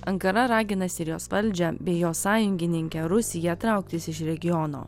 ankara ragina sirijos valdžią bei jos sąjungininkę rusiją trauktis iš regiono